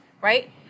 Right